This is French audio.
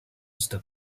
stop